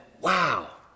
wow